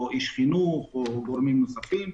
איש חינוך או גורמים נוספים.